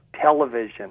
television